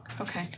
okay